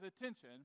attention